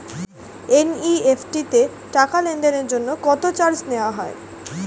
NEFT তে টাকা লেনদেনের জন্য কত চার্জ নেয়া হয়?